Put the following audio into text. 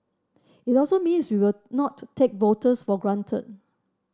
it also means we will not take voters for granted